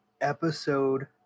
episode